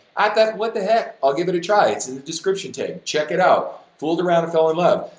i thought, what the heck, i'll give it a try! it's in the description tag, check it out fooled around and fell in love.